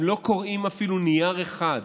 הם לא קוראים אפילו נייר אחד,